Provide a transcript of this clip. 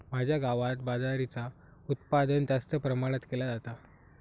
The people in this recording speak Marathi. माझ्या गावात बाजरीचा उत्पादन जास्त प्रमाणात केला जाता